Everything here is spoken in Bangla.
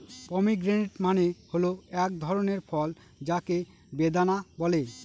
পমিগ্রেনেট মানে হল এক ধরনের ফল যাকে বেদানা বলে